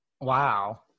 Wow